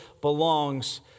belongs